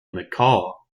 mccall